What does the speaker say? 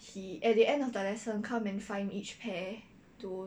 he at the end of the lesson come and find each pair to